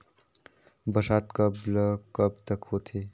बरसात कब ल कब तक होथे?